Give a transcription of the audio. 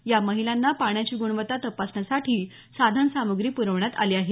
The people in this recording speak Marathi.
या महिलांना पाण्याची ग्णवत्ता तपासण्यासाठी साधनसाम्ग्री प्रवण्यात आली आहे